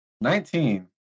Nineteen